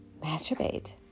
masturbate